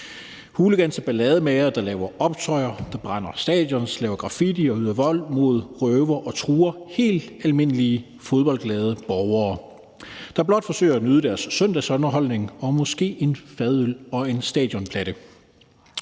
Hooligans er ballademagere, der laver optøjer, brænder stadioner, laver graffiti og yder vold mod, røver og truer helt almindelige fodboldglade borgere, der blot forsøger at nyde deres søndagsunderholdning og måske en fadøl og en stadionplatte.